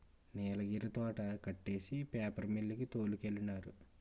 నీలగిరి తోట కొట్టేసి paper mill కి తోలికెళ్ళినారు